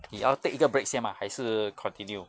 你要 take 一个 break 先 mah 还是 continue